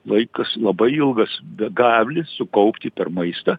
laikas labai ilgas gali sukaupti per maistą